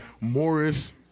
Morris